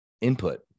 input